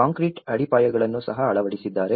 concrete ಅಡಿಪಾಯಗಳನ್ನು ಸಹ ಅಳವಡಿಸಿದ್ದಾರೆ